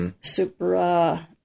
super